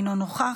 אינו נוכח,